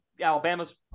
Alabama's